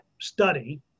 study